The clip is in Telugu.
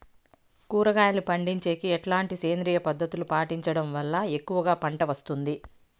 కూరగాయలు పండించేకి ఎట్లాంటి సేంద్రియ పద్ధతులు పాటించడం వల్ల ఎక్కువగా పంట వస్తుంది?